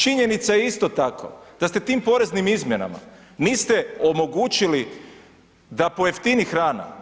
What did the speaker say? Činjenica je isto tako da ste tim poreznim izmjenama niste omogućili da pojeftini hrana.